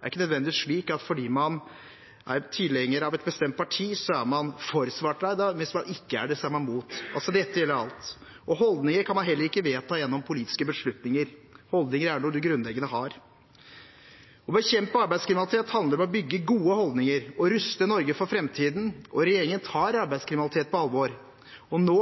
er ikke nødvendigvis slik at fordi om man er tilhenger av et bestemt parti, så er man for svart arbeid, og hvis man ikke er det, så er man imot. Dette gjelder alt. Holdninger kan man heller ikke vedta gjennom politiske beslutninger. Holdninger er noe du grunnleggende har. Å bekjempe arbeidskriminalitet handler om å bygge gode holdninger og om å ruste Norge for framtiden. Regjeringen tar arbeidskriminalitet på alvor. Nå